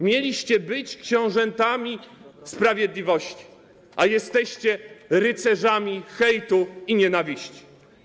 Mieliście być książętami sprawiedliwości, a jesteście rycerzami hejtu i nienawiści.